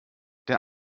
der